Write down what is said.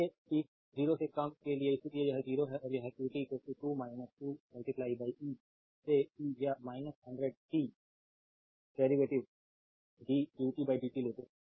इसलिए t 0 से कम के लिए इसलिए यह 0 है और जब qt 2 2 e से p या 100 t डेरीवेटिव dqt dt लेते हैं